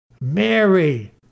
Mary